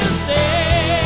stay